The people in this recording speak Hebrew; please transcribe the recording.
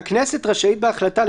ו-"(ב) הכנסת רשאית בהחלטה,